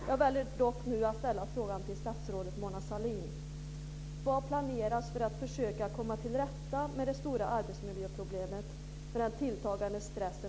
Jag väljer dock att ställa frågan till statsrådet Mona Sahlin.